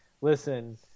listen